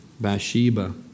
Bathsheba